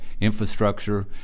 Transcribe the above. infrastructure